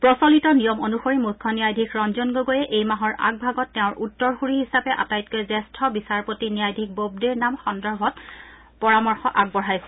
প্ৰচলিত নিয়ম অনুসৰি মুখ্য ন্যায়াধীশ ৰঞ্জন গগৈয়ে এই মাহৰ আগভাগত তেওঁৰ উত্তৰসূৰী হিচাপে আটাইতকৈ জ্যেষ্ঠ বিচাৰপতি ন্যায়াধীশ ব'বডেৰ নাম সন্দৰ্ভত পৰামৰ্শ আগবঢ়াইছিল